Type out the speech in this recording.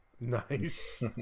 Nice